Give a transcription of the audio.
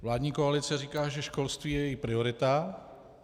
Vládní koalice říká, že školství je její priorita.